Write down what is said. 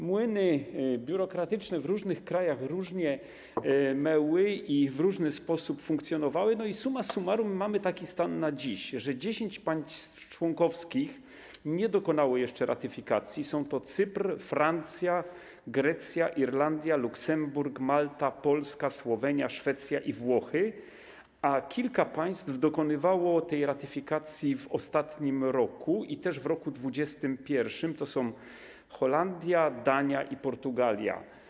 Młyny biurokratyczne w różnych krajach różnie mełły i w różny sposób funkcjonowały, summa summarum mamy taki stan na dziś, że 10 państw członkowskich nie dokonało jeszcze ratyfikacji - Cypr, Francja, Grecja, Irlandia, Luksemburg, Malta, Polska, Słowenia, Szwecja i Włochy, a kilka państw dokonało tej ratyfikacji w ostatnim roku i w roku 2021 - Holandia, Dania i Portugalia.